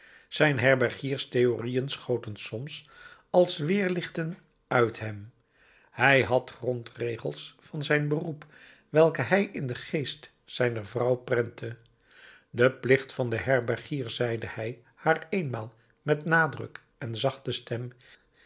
zijn herbergiers theorieën schoten soms als weerlichten uit hem hij had grondregels van zijn beroep welke hij in den geest zijner vrouw prentte de plicht van den herbergier zeide hij haar eenmaal met nadruk en zachte stem